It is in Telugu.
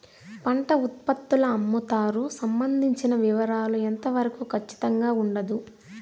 పంట ఉత్పత్తుల అమ్ముతారు సంబంధించిన వివరాలు ఎంత వరకు ఖచ్చితంగా ఉండదు?